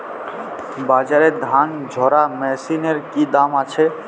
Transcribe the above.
বাজারে ধান ঝারা মেশিনের কি দাম আছে?